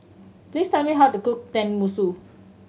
please tell me how to cook Tenmusu